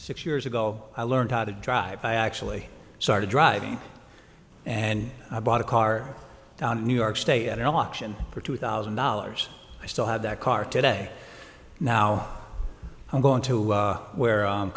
six years ago i learned how to drive i actually started driving and i bought a car down in new york state option for two thousand dollars i still have that car today now i'm going to where i'm